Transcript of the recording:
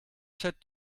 set